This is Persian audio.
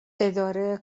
اداره